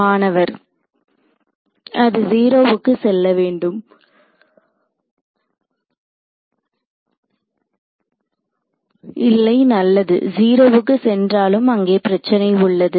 மாணவர் அது 0 வுக்கு செல்ல வேண்டும் இல்லை நல்லது 0 வுக்கு சென்றாலும் அங்கே பிரச்சனை உள்ளது